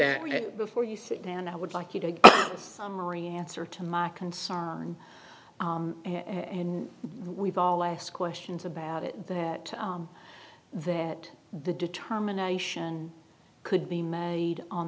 that before you sit down i would like you to the summary answer to my concern and we've all asked questions about it that that the determination could be made on